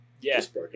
Yes